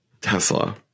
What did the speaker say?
Tesla